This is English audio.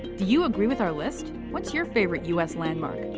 do you agree with our list? what's your favorite u s. landmark?